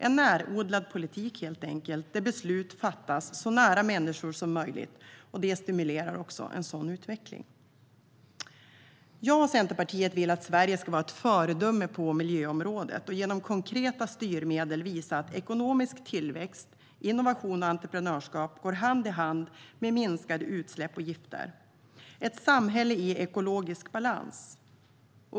Vi talar helt enkelt om en närodlad politik, där beslut fattas så nära människor som möjligt. Det stimulerar en sådan utveckling. Jag och Centerpartiet vill att Sverige ska vara ett föredöme på miljöområdet, att vi genom konkreta styrmedel ska visa att ekonomisk tillväxt, innovation och entreprenörskap går hand i hand med minskade utsläpp och gifter - ett samhälle i ekologisk balans.